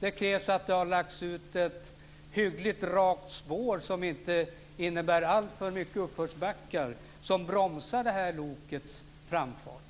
Det krävs ett hyggligt rakt spår som inte innehåller alltför många uppförsbackar som bromsar lokets framfart.